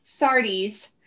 Sardi's